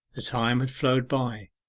the time had flown by.